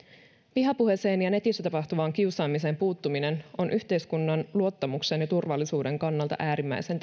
vihapuheeseen ja netissä tapahtuvaan kiusaamiseen puuttuminen on yhteiskunnan luottamuksen ja turvallisuuden kannalta äärimmäisen